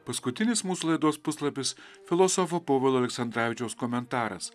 paskutinis mūsų laidos puslapis filosofo povilo aleksandravičiaus komentaras